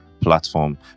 platform